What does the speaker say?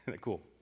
Cool